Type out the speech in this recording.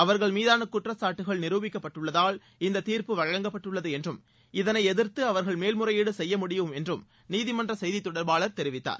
அவர்கள் மீதான குற்றச்சாட்டுக்கள் நிருபிக்கப்பட்டுள்ளதால் இந்த தீர்ப்பு வழங்கப்பட்டுள்ளது என்றும் இதனை எதிர்த்து அவர்கள் மேல்முறையீடு செய்ய முடியும் எனவும் நீதிமன்ற செய்தித் தொடர்பாளர் தெரிவித்தார்